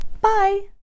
Bye